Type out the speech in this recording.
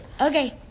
Okay